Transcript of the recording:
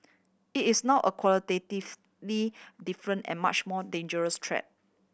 it is now a qualitatively different and much more dangerous threat